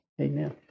Amen